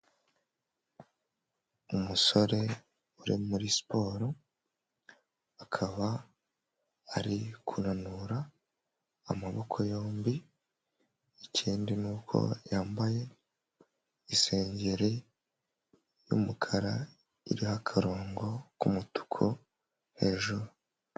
Umusore uri muri siporo, akaba ari kunanura amaboko yombi, ikindi ni uko yambaye isengeri y'umukara iriho akarongo k'umutuku hejuru.